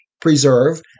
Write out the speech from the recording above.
preserve